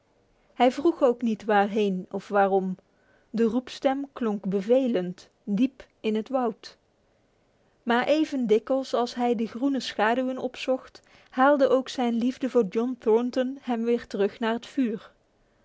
hij vroeg ook niet waarheen of waarom de roepstem klonk bevelend diep in het woud maar even dikwijls als hij de groene schaduwen opzocht haalde ook zijn liefde voor john thornton hem weer naar het vuur